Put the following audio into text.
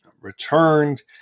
returned